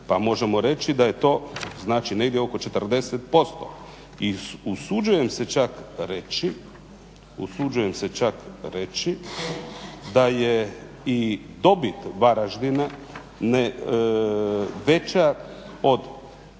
pa možemo reći da je to, znači negdje oko 40%. I usuđujem se čak reći, usuđujem se čak reći da je i dobit Varaždina veća od